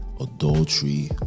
adultery